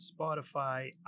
Spotify